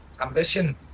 Ambition